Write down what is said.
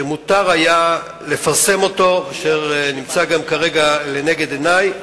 שמותר היה לפרסם, אשר נמצא גם כרגע לנגד עיני,